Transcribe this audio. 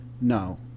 No